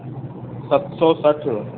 सत सौ सठि